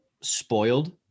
spoiled